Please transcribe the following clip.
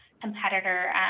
competitor